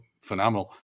phenomenal